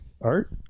Art